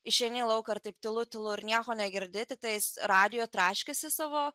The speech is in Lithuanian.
išeini į lauką ir taip tylu tylu ir nieko negirdi tiktais radijo traškesį savo